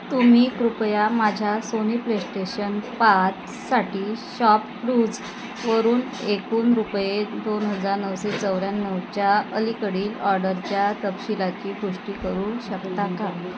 तुम्ही कृपया माझ्या सोनी प्लेस्टेशन पाचसाठी शॉपक्लूज वरून एकूण रुपये दोन हजार नऊशे चौऱ्याण्णवच्या अलीकडील ऑडरच्या तपशीलाची पुष्टी करू शकता का